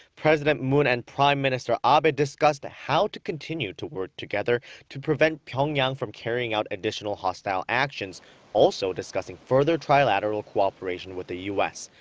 president moon and prime minister abe ah but discussed how to continue to work together to prevent pyongyang from carrying out additional hostile actions also discussing further trilateral cooperation with the u s.